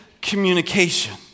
communication